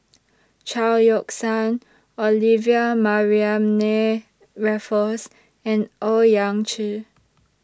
Chao Yoke San Olivia Mariamne Raffles and Owyang Chi